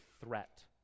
threat